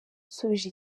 nsubije